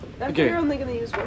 okay